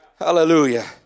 Hallelujah